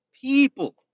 people